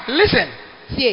listen